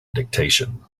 dictation